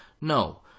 No